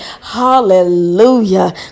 hallelujah